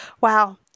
Wow